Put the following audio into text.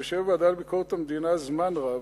אני יושב בוועדה לביקורת המדינה זמן רב.